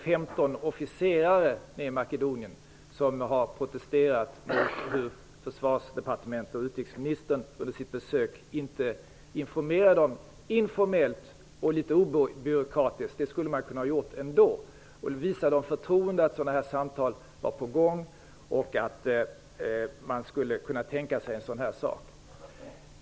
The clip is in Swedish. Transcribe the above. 15 officerare nere i Makedonien har i ett brev protesterat mot att utrikesministern under sitt besök inte informerade dem informellt och obyråkratiskt. Hon skulle ha kunnat visa dem förtroende genom att tala om att samtal var på gång.